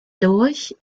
lurch